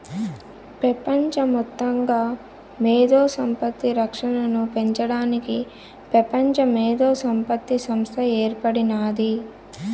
పెపంచ మొత్తంగా మేధో సంపత్తి రక్షనను పెంచడానికి పెపంచ మేధోసంపత్తి సంస్త ఏర్పడినాది